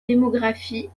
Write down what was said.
démographie